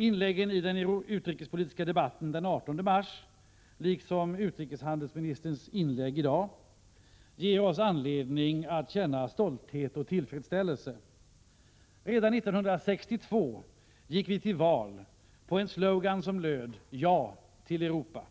Inläggen i den utrikespolitiska debatten den 18 mars liksom utrikeshandelsministerns inledande inlägg denna dag ger oss moderater anledning att känna stolthet och tillfredsställelse. Redan 1962 gick vi till val på en slogan som löd: ”Ja till Europa”.